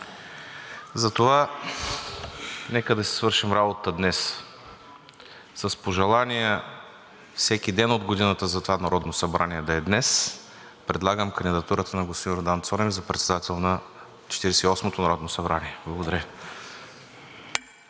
затова нека да си свършим работата днес. С пожелание всеки ден от годината за това Народно събрание да е днес, предлагам кандидатурата на господин Йордан Цонев за председател на Четиридесет и осмото народно събрание. Благодаря